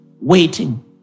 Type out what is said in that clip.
waiting